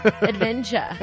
adventure